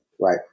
right